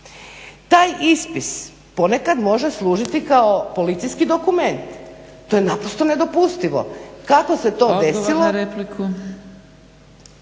Taj ispis ponekad može služiti kao policijski dokument, to je naprosto nedopustivo. Kako se to desilo…